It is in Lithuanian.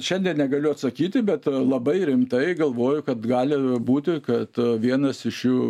šiandien negaliu atsakyti bet labai rimtai galvoju kad gali būti kad vienas iš šių